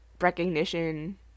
recognition